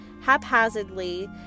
haphazardly